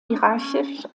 hierarchisch